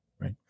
right